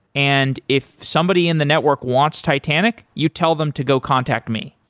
and if somebody in the network wants titanic, you tell them to go contact me.